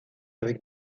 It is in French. avec